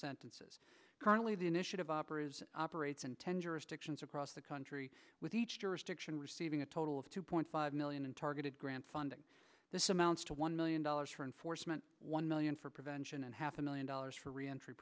sentences currently the initiative operate operates in ten jurisdictions across the country with each jurisdiction receiving a total of two point five million in targeted grant funding this amounts to one million dollars for enforcement one million for prevention and half a million dollars for reent